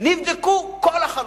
נבדקו כל החלופות,